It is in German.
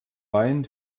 wein